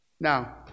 Now